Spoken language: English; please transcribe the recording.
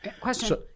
question